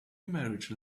marriage